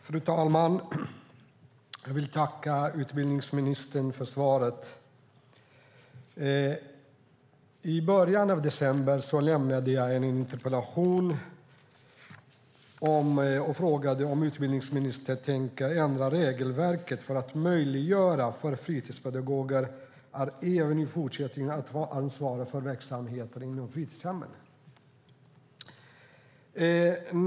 Fru talman! Jag vill tacka utbildningsministern för svaret. I början av december lämnade jag en interpellation där jag frågade om utbildningsministern tänker ändra regelverket för att möjliggöra för fritidspedagoger att även i fortsättningen ansvara för verksamheten inom fritidshemmen.